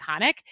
iconic